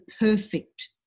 perfect